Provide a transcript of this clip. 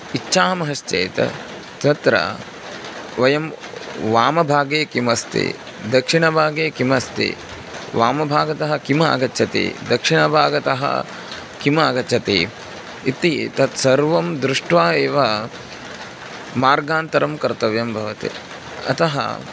इच्छामश्चेत् तत्र वयं वामभागे किम् अस्ति दक्षिणभागे किम् अस्ति वामभागतः किम् आगच्छति दक्षिणभागतः किम् आगच्छति इति तत् सर्वं दृष्ट्वा एव मार्गान्तरं कर्तव्यं भवति अतः